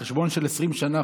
החשבון של 20 שנה,